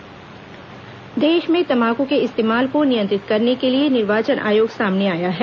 तम्बाकू निर्वाचन देश में तम्बाकू के इस्तेमाल को नियंत्रित करने के लिए निर्वाचन आयोग सामने आया है